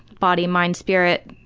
body, mind, spirit,